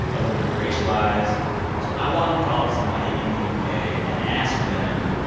a little bit racialized so i wanted to call up somebody in the u k. and ask them,